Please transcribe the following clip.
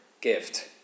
Gift